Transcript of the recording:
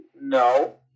No